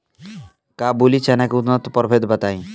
काबुली चना के उन्नत प्रभेद बताई?